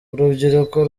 urubyiruko